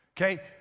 Okay